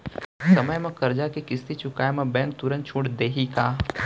समय म करजा के किस्ती चुकोय म बैंक तुरंत छूट देहि का?